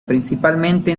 principalmente